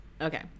Okay